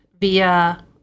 via